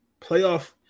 playoff